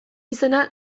izena